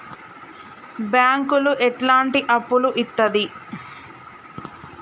బ్యాంకులు ఎట్లాంటి అప్పులు ఇత్తది?